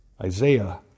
Isaiah